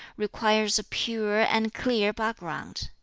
requires a pure and clear background.